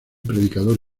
predicador